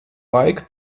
laiku